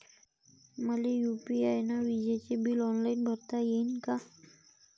मले यू.पी.आय न विजेचे बिल ऑनलाईन भरता येईन का?